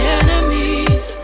enemies